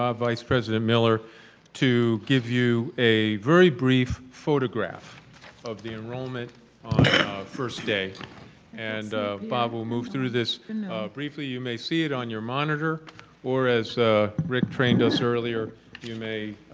ah vice president miller to give you a very brief photograph of the enrollment on first day and bob will move through this briefly. you may see it on your monitor or as rick trained us earlier you may,